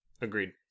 Agreed